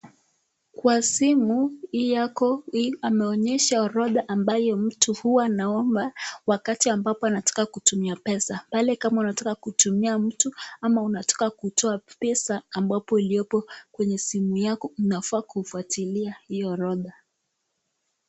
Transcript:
Kwa simu hii yako hii ameonyesha orodha ambayo mtu huwa anaomba wakati ambapo anataka kutumia pesa. Pale kama unataka kutumia mtu ama unataka kutoa pesa ambapo uliopo kwenye simu yako unafaa kufuatilia hiyo orodha.